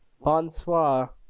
Bonsoir